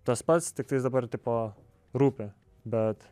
tas pats tiktais dabar tipo rūpi bet